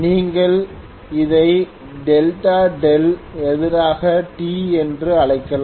நீங்கள் அதை Δ δ எதிராக t என்றும் அழைக்கலாம்